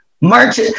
March